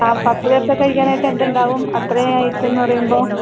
ആ പത്ത് പേർക്ക് കഴിക്കാനായിട്ട് എന്തുണ്ടാകും അത്രം ഐറ്റം എന്ന് പറയുമ്പോൾ